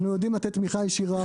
אנחנו יודעים לתת תמיכה ישירה.